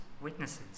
witnesses